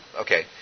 Okay